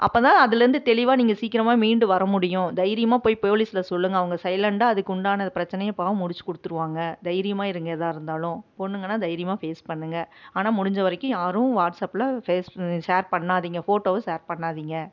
அப்போ தான் அதில் இருந்து தெளிவாக நீங்கள் சீக்கிரமாக மீண்டு வர முடியும் தைரியமாக போய் போலீஸில் சொல்லுங்கள் அவங்க சைலண்டாக அதுக்கு உண்டான பிரச்சனையை அப்போ முடிச்சு கொடுத்துருவாங்க தைரியமாக இருங்க எதாக இருந்தாலும் பொண்ணுங்கன்னா தைரியமாக ஃபேஸ் பண்ணுங்கள் ஆனால் முடிஞ்ச வரைக்கும் யாரும் வாட்ஸ்ஆப்பில் ஃபேஸ் ஷேர் பண்ணாதிங்க ஃபோட்டோவை ஷேர் பண்ணாதிங்க